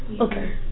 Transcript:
Okay